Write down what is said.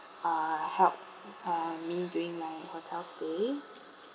uh helped uh me during my hotel stay